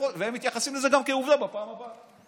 והם מתייחסים לזה גם כאל עובדה בפעם הבאה.